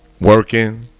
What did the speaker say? Working